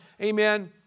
amen